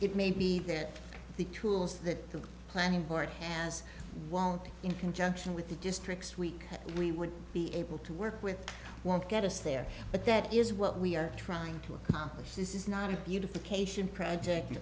it may be that the tools that the planning board has won in conjunction with the districts week we would be able to work with won't get us there but that is what we are trying to accomplish this is not a unification project